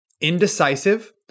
indecisive